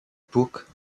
book